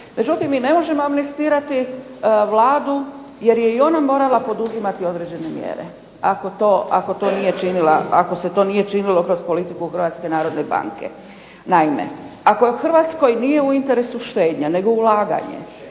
Međutim, mi ne možemo amnestirati Vladu jer je i ona morala poduzimati određene mjere ako se to nije činilo kroz politiku Hrvatske narodne banke. Naime, ako Hrvatskoj nije u interesu štednja nego ulaganje